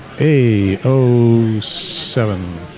a o seven